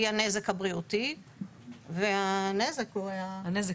שהיא הנזק הבריאותי והנזק הוא --- יושב הראש,